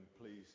please